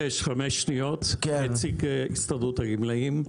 אני מבקש חמש שניות, כנציג הסתדרות הגמלאים.